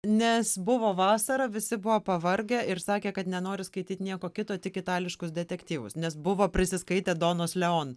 nes buvo vasara visi buvo pavargę ir sakė kad nenori skaityt nieko kito tik itališkus detektyvus nes buvo prisiskaitę donos leon